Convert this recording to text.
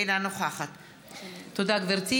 אינה נוכחת תודה,